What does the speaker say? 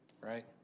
right